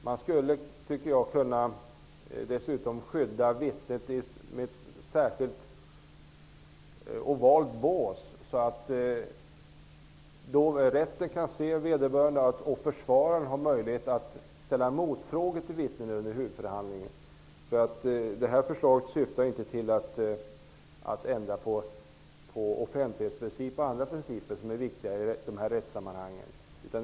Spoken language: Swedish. Jag tycker att man dessutom skulle kunna skydda vittnet med ett särskilt bås, ett ovalt sådant, så att rätten kan se vederbörande och försvararen har möjlighet att ställa motfrågor till vittnen under en huvudförhandling. Framlagda förslag syftar ju inte till att ändra på offentlighetsprincipen eller andra principer som är viktiga i de är rättssammanhangen.